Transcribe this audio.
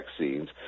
vaccines